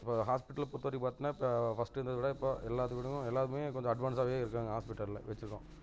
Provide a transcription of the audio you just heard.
இப்போ ஹாஸ்பிட்டலை பொறுத்தவரைக்கும் பாத்தோனா இப்போ ஃபஸ்ட்டு இருந்ததை விட இப்போ எல்லாத்தை விடவும் எல்லாம் கொஞ்சம் அட்வான்ஸாகவே இருக்காங்க ஹாஸ்பிட்டலில் வச்சுருக்கோம்